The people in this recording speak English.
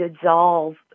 dissolve